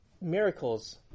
miracles